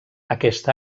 aquest